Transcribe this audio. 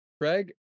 Craig